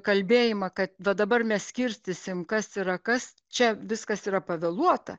kalbėjimą kad va dabar mes skirstysim kas yra kas čia viskas yra pavėluota